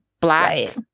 black